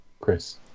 Chris